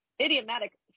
idiomatic